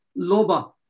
Loba